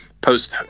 post